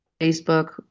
Facebook